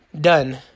done